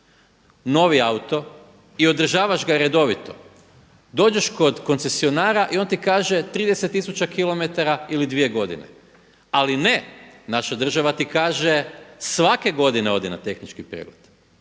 novi auto i održavaš ga redovito dođeš kod koncesionara i on ti kaže 30000 km ili dvije godine. Ali ne, naša država ti kaže svake godine odi na tehnički pregled,